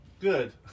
Good